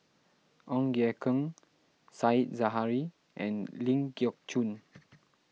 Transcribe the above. Ong Ye Kung Said Zahari and Ling Geok Choon